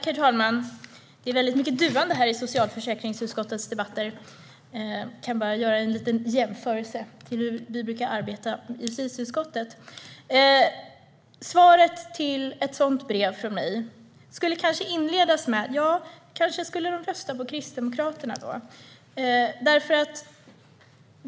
Herr talman! Det är mycket duande här i socialförsäkringsutskottets debatter. Jag kan bara göra en liten jämförelse med hur vi brukar arbeta i justitieutskottet. Svaret från mig på ett sådant brev skulle kanske inledas med att säga att denna kvinna borde rösta på Kristdemokraterna.